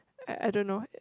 I don't know